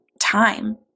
time